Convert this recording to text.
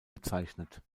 bezeichnet